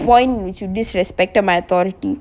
point which you disrespected my authority